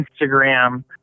Instagram